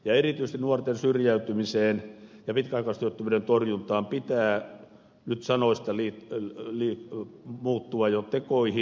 erityisesti nuorten syrjäytymisen ja pitkäaikaistyöttömyyden torjunnassa pitää nyt sanoista siirtyä jo tekoihin